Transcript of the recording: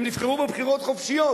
הם נבחרו בבחירות חופשיות,